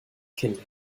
kindern